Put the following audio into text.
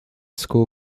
school